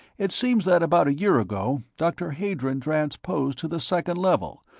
it seems that about a year ago, dr. hadron transposed to the second level,